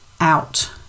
out